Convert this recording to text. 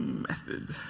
method.